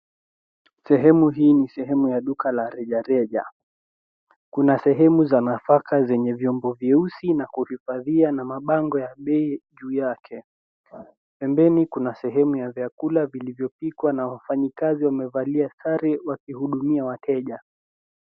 Sehemu hii ni sehemu ya duka la rejareja. Kuna sehemu za nafaka zenye vyombo vyeusi na kuhifadhia na mabango ya bei juu yake. Pembeni kuna sehemu ya vyakula vilivyopikwa na wafanyakazi wamevalia sare wakiwahudumia wateja.